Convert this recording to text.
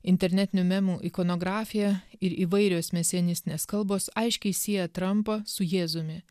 internetinių memų ikonografija ir įvairios mesianistinės kalbos aiškiai sieja trampą su jėzumi